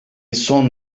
son